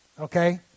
okay